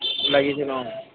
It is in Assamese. লাগিছিল অঁ